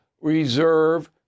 reserve